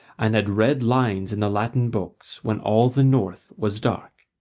and had read lines in the latin books when all the north was dark.